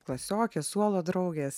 klasiokės suolo draugės